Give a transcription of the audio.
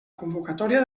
convocatòria